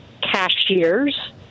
Cashiers